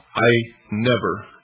i never,